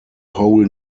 whole